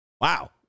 Wow